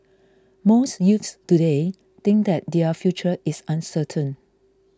most youths today think that their future is uncertain